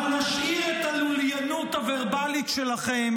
--- אבל נשאיר את הלוליינות הוורבלית שלכם